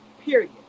period